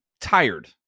tired